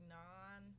non